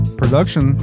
production